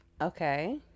okay